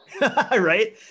Right